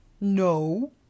No